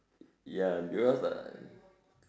ya because I